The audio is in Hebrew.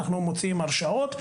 אנחנו מוציאים הרשאות.